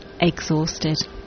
exhausted